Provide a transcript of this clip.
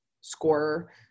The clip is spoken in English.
scorer